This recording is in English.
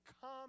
come